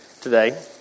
today